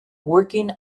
working